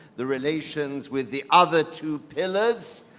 the relations with the other two pillars,